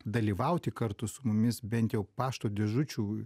dalyvauti kartu su mumis bent jau pašto dėžučių